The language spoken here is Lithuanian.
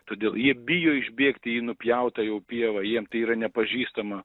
todėl jie bijo išbėgti į nupjautą jau pievą jiem tai yra nepažįstama